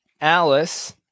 Alice